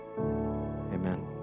Amen